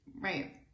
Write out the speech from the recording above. Right